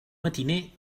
matiner